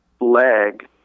leg